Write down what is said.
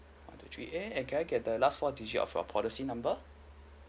three eight and can I get the last four digit of your policy number